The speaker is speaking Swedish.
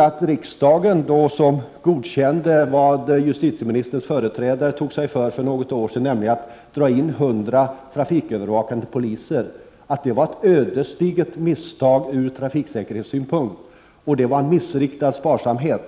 Att riksdagen godkände vad justitieministerns företrädare föreslog för något år sedan, att dra in 100 tjänster som trafikövervakande polis var ett ödesdigert misstag ur trafiksäkerhetssynpunkt. Det var missriktad sparsamhet.